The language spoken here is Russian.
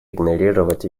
игнорировать